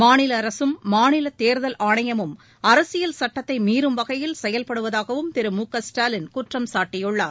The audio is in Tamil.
மாநில அரசும் மாநில தேர்தல் ஆணையமும் அரசியல் சட்டத்தை மீறும் வகையில் செயல்படுவதாகவும் திரு மு க ஸ்டாலின் குற்றம் சாட்டியுள்ளார்